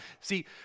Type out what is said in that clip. See